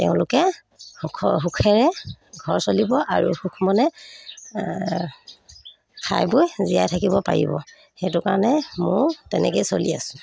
তেওঁলোকে সুখৰ সুখেৰে ঘৰ চলিব আৰু সুখ মনে খাই বৈ জীয়াই থাকিব পাৰিব সেইটো কাৰণে ময়ো তেনেকৈয়ে চলি আছোঁ